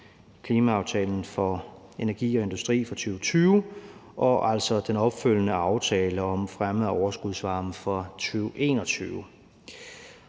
klimaaftalen for energi og industri fra 2020 og altså den opfølgende aftale om fremme af overskudsvarme fra 2021.